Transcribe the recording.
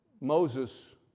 Moses